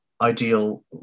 ideal